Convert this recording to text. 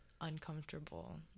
uncomfortable